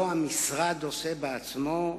המשרד לא עושה בעצמו,